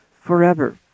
forever